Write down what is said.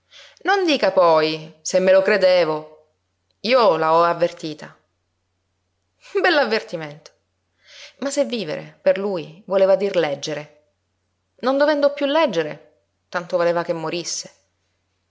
non dica poi se me lo credevo io la ho avvertita bell'avvertimento ma se vivere per lui voleva dir leggere non dovendo piú leggere tanto valeva che morisse